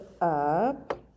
up